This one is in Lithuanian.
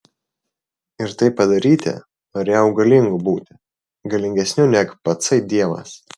ir tai padaryti norėjau galingu būti galingesniu neg patsai dievas